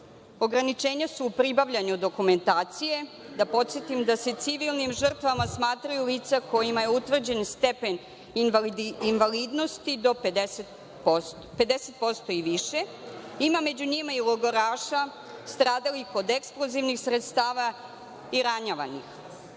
Ograničenja su u pribavljanju dokumentacije. Da podsetim da se civilnim žrtvama smatraju lica kojima je utvrđen stepen invalidnosti do 50% i više. Ima među njima i logoraša stradalih od eksplozivnih sredstava i ranjavanih.